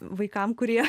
vaikam kurie